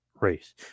race